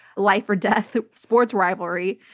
life or death sports rivalry.